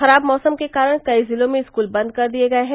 खराब मौसम के कारण कई जिलों में स्कूल बन्द कर दिये गये हैं